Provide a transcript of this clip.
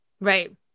Right